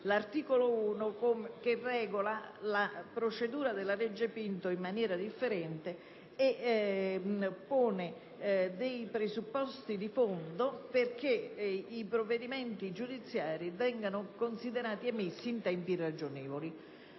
provvedimento che regola la procedura della cosiddetta legge Pinto in maniera differente e pone presupposti di fondo perché i provvedimenti giudiziari vengano considerati ed emessi in tempi ragionevoli.